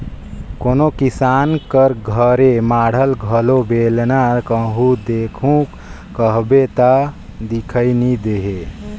कोनो किसान कर घरे माढ़ल घलो बेलना कहो देखहू कहबे ता दिखई नी देहे